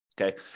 Okay